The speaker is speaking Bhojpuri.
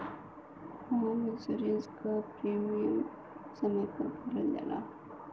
होम इंश्योरेंस क प्रीमियम समय पर भरना होला